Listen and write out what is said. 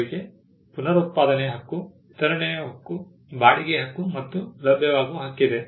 ಅವರಿಗೆ ಪುನರುತ್ಪಾದನೆಯ ಹಕ್ಕು ವಿತರಣೆಯ ಹಕ್ಕು ಬಾಡಿಗೆ ಹಕ್ಕು ಮತ್ತು ಲಭ್ಯವಾಗುವ ಹಕ್ಕಿದೆ